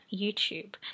youtube